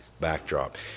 backdrop